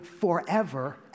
forever